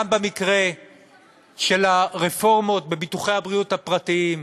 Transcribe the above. גם במקרה של הרפורמות בביטוחי הבריאות הפרטיים,